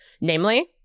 namely